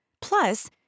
Plus